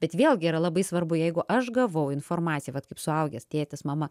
bet vėlgi yra labai svarbu jeigu aš gavau informaciją vat kaip suaugęs tėtis mama